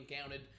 counted